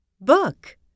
book